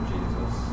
Jesus